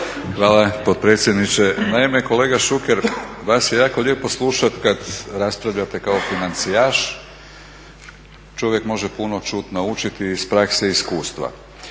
Hvala potpredsjedniče. Naime kolega Šuker vas je jako lijepo slušati kad raspravljate kao financijaš, čovjek može puno čuti, naučiti i iz prakse i iskustva.